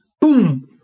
boom